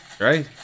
Right